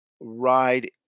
ride